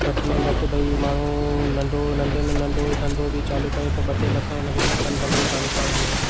घटि में घटि भई माण्हू नंढो नंढे में नंढो धंधो बि चालू त करे त ॿ टे लखि त हुन खे खपनि धंदो चालू करणु में